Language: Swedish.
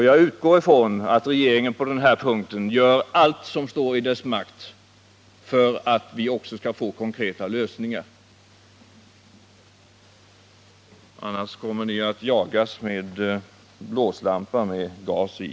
Jag utgår från att regeringen på denna punkt gör allt som står i dess makt för att vi skall få konkreta lösningar — annars kommer regeringen framöver att ”jagas med blåslampa” med gas i.